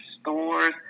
stores